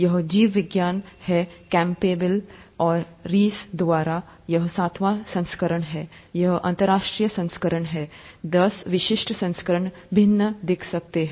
यह जीवविज्ञान है कैम्पबेल और रीस द्वारा यह सातवां संस्करण है यह अंतर्राष्ट्रीय संस्करण है देश विशिष्ट संस्करण भिन्न दिख सकते हैं